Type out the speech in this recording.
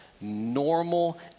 normal